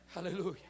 Hallelujah